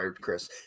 Chris